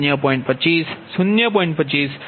2500 0